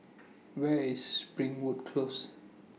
Where IS Springwood Close